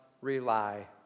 rely